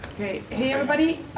hi everybody.